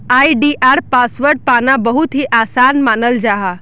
आई.डी.आर password पाना बहुत ही आसान मानाल जाहा